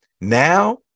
Now